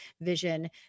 vision